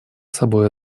собой